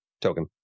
Token